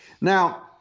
Now